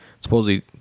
supposedly